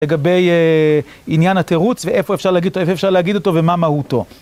לגבי עניין התירוץ ואיפה אפשר להגיד אותו ומה מהותו.